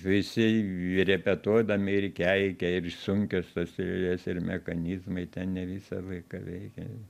visi repetuodami ir keikia ir sunkios tos lėlės ir mechanizmai ten ne visą laiką veikia